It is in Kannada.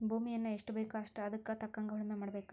ಭೂಮಿಯನ್ನಾ ಎಷ್ಟಬೇಕೋ ಅಷ್ಟೇ ಹದಕ್ಕ ತಕ್ಕಂಗ ಉಳುಮೆ ಮಾಡಬೇಕ